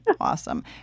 Awesome